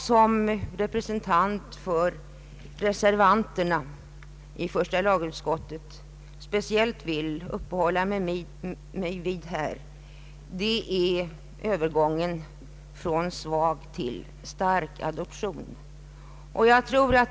Som representant för reservanterna i första lagutskottet vill jag här särskilt uppehålla mig vid övergången från svag till stark adoption.